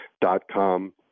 dot-com